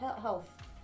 Health